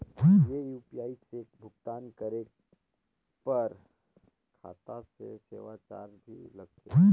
ये यू.पी.आई से भुगतान करे पर खाता से सेवा चार्ज भी लगथे?